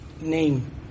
name